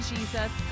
Jesus